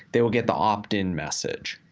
they would get the opt-in message.